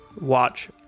watch